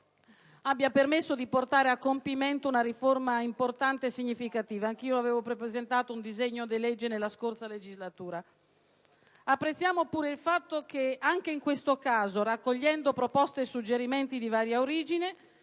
abbia permesso di portare a compimento una riforma importante e significativa: anch'io avevo presentato un disegno di legge in proposito nella scorsa legislatura. Apprezziamo anche il fatto che, raccogliendo anche in questo caso proposte e suggerimenti di varia origine